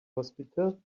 hospital